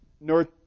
North